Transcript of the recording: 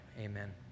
Amen